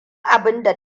abinda